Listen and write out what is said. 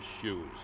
shoes